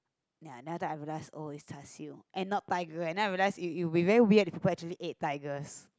then after that I've realised oh it's char-siew and not tiger and then i realise it it will be very weired people actually ate tigers